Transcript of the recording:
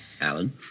Alan